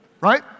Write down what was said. right